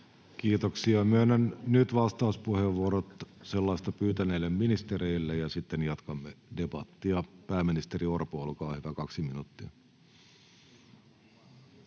Kiitoksia. — Myönnän nyt vastauspuheenvuorot sellaista pyytäneille ministereille, ja sitten jatkamme debattia. — Pääministeri Orpo, olkaa hyvä, kaksi minuuttia.